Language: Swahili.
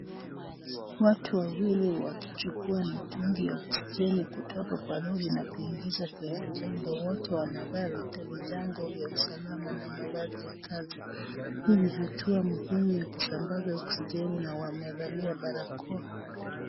Watu wawili wakichukua mitungi ya oxijeni kutoka kwa lori na kuingiza kwenye jengo wote wanavaa vibango vya usalama na mavazi ya kazi, huu ni hatua muhimu ya kusambaza oxijeni na wamevalia barakoa.